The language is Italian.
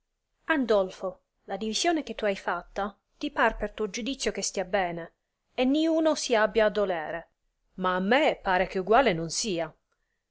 andolfo la divisione che tu hai fatta ti par per tuo giudizio che stia bene e niuno si abbia a dolere ma a me pare che uguale non sia